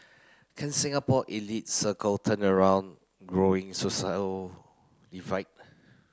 can Singapore elite circle turn around growing social divide